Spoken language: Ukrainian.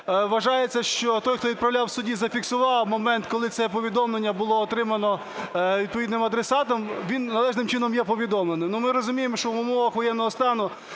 вважається, що той, хто відправляв судді, зафіксував момент, коли це повідомлення було отримано відповідним адресатом, він належним чином є повідомленим. Ми розуміємо, що в умовах воєнного стану